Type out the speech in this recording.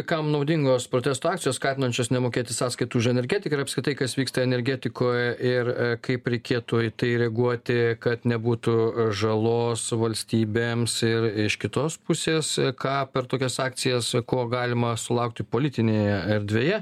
kam naudingos protesto akcijos skatinančios nemokėti sąskaitų už energetiką ir apskritai kas vyksta energetikoj ir kaip reikėtų į tai reaguoti kad nebūtų žalos valstybėms ir iš kitos pusės ką per tokias akcijas ko galima sulaukti politinėje erdvėje